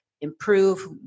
improve